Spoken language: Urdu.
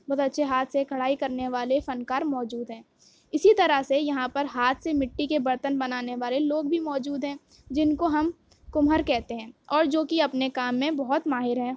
بہت اچھے ہاتھ سے کڑھائی کرنے والے فن کار موجود ہیں اسی طرح سے یہاں پر ہاتھ سے مٹی کے برتن بنانے والے لوگ بھی موجود ہیں جن کو ہم کمہار کہتے ہیں اور جو کہ اپنے کام میں بہت ماہر ہیں